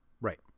Right